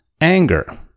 anger